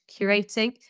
curating